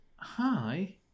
hi